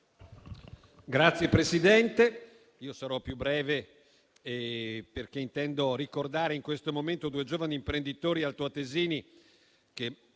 Signor Presidente, sarò più breve, perché intendo ricordare in questo momento due giovani imprenditori altoatesini,